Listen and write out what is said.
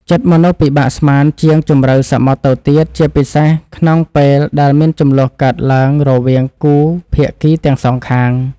ចិត្តមនុស្សពិបាកស្មានជាងជម្រៅសមុទ្រទៅទៀត ជាពិសេសក្នុងពេលដែលមានជម្លោះកើតឡើងរវាងគូភាគីទាំងសងខាង។